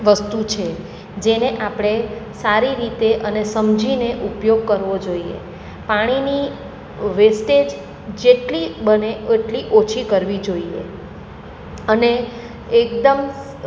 વસ્તુ છે જેને આપણે સારી રીતે અને સમજીને ઉપયોગ કરવો જોઈએ પાણીની વેસ્ટેજ જેટલી બને એટલી ઓછી કરવી જોઈએ અને એકદમ